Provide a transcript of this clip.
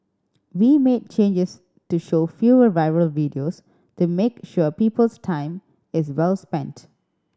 we made changes to show fewer viral videos to make sure people's time is well spent